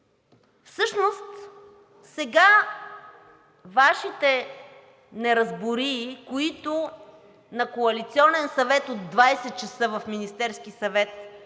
Всъщност сега Вашите неразбории, които на Коалиционен съвет от 20,00 ч. в Министерския съвет